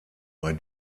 bei